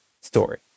story